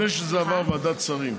כן, אבל זה לפני שזה עבר ועדת שרים.